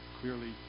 clearly